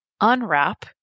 unwrap